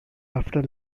after